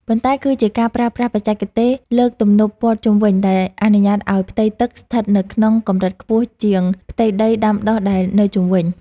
ប៉ុន្តែគឺជាការប្រើប្រាស់បច្ចេកទេសលើកទំនប់ព័ទ្ធជុំវិញ ដែលអនុញ្ញាតឱ្យផ្ទៃទឹកស្ថិតនៅក្នុងកម្រិតខ្ពស់ជាងផ្ទៃដីដាំដុះដែលនៅជុំវិញ។